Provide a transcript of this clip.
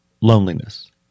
loneliness